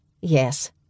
Yes